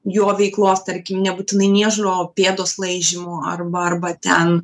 jo veiklos tarkim nebūtinai niežulio o pėdos laižymo arba arba ten